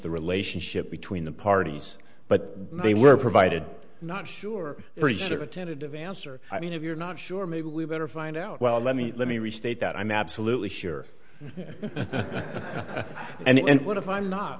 the relationship between the parties but they were provided not sure research a tentative answer i mean if you're not sure maybe we'd better find out well let me let me restate that i'm absolutely sure and what if i'm not